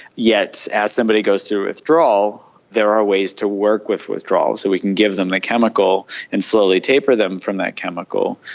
yet as somebody goes through withdrawal there are ways to work with withdrawal. so we can give them a chemical and slowly taper them from that chemical,